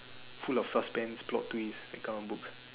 full of suspense plot twist that kinda books